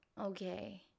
Okay